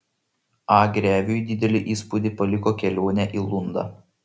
a greviui didelį įspūdį paliko kelionė į lundą